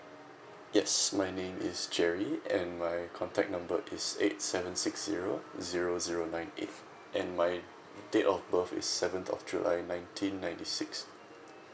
yes my name is jerry and my contact number is eight seven six zero zero zero nine eight and my date of birth is seventh of july nineteen ninety six